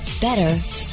better